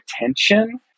attention